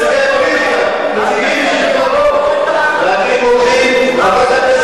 הם לא שפטו על דעותיו, אל תסלף.